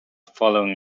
following